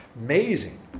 Amazing